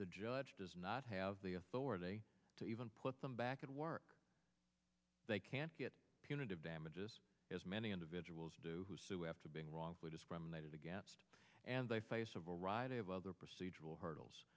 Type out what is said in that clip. the judge does not have the authority to even put them back at work they can't get punitive damages as many individuals do to after being wrongfully discriminated against and they face a variety of other procedural hurdles